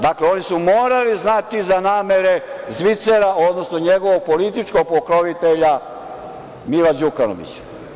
Dakle, oni su morali znati za namere Zvicera, odnosno njegovog političkog pokrovitelja Mila Đukanovića.